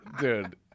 Dude